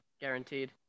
Guaranteed